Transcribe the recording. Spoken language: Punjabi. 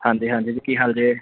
ਹਾਂਜੀ ਹਾਂਜੀ ਜੀ ਕੀ ਹਾਲ ਜੀ